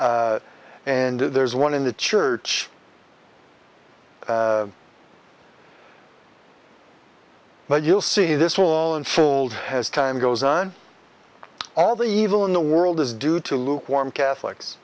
and there's one in the church but you'll see this will unfold as time goes on all the evil in the world is due to lukewarm catholics